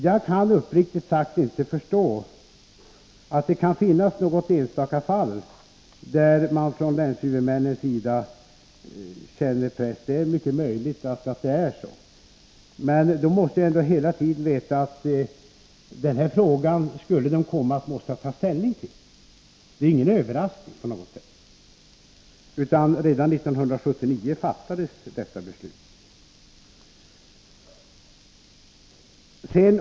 Jag kan uppriktigt sagt inte förstå att det kan finnas något enstaka fall där länshuvudmännen kännt sig pressade. Det är möjligt att det är så, men de måste hela tiden ha vetat att de skulle komma att få ta ställning till den här frågan. Det är ingen överraskning på något sätt, utan detta beslut fattades redan 1979.